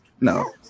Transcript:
No